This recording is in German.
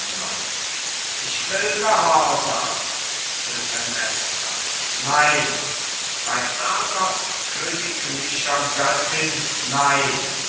ich will gehorsam klytämnestra nein bei argos königlicher göttin nein